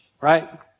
right